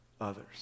others